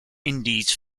indies